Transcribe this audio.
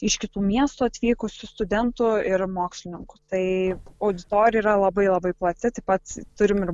iš kitų miestų atvykusių studentų ir mokslininkų tai auditorija yra labai labai plati taip pat turim ir